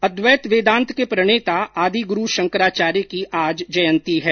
अद्वैत वेदांत के प्रणेता आदि गुरू शंकराचार्य की आज जयंती है